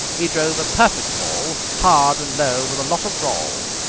he drove a perfect ball, hard and low with a lot of roll.